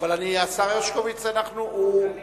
אבל השר הרשקוביץ הוא,